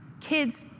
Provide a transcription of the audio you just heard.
Kids